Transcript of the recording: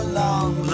long